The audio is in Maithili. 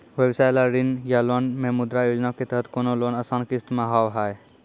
व्यवसाय ला ऋण या लोन मे मुद्रा योजना के तहत कोनो लोन आसान किस्त मे हाव हाय?